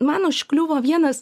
man užkliuvo vienas